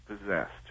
possessed